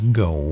go